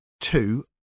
two